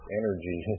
energy